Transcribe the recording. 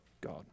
god